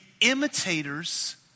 imitators